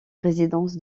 résidences